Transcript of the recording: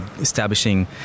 establishing